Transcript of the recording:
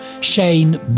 Shane